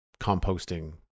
composting